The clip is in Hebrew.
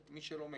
מי שלא מכיר,